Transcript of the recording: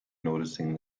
noticing